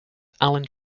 alan